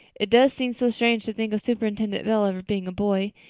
it does seem so strange to think of superintendent bell ever being a boy.